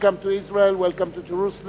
Welcome to Israel, welcome to Jerusalem,